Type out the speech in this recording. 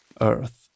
earth